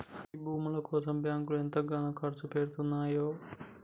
గీ భూముల కోసం బాంకులు ఎంతగనం కర్సుపెడ్తున్నయో